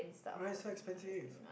why so expensive